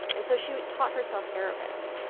and so she taught herself arabic.